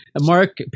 mark